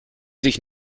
sich